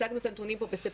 הצגנו את הנתונים פה בספטמבר.